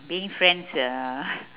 being friends uh